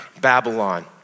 Babylon